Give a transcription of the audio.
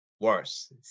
Worse